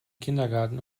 kindergarten